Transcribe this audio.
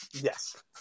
Yes